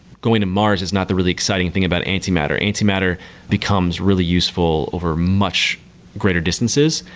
going to mars is not the really exciting thing about antimatter. antimatter becomes really useful overmuch greater distances.